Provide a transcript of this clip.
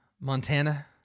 Montana